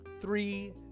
Three